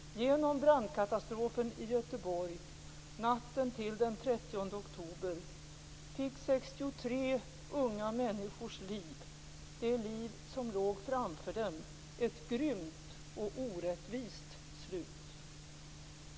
Genom brandkatastrofen i Göteborg natten till den 30 oktober fick 63 unga människors liv, det liv som låg framför dem, ett grymt och orättvist slut.